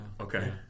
Okay